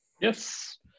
Yes